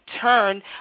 turn